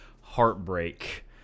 heartbreak